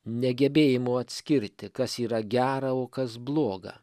negebėjimo atskirti kas yra gera o kas bloga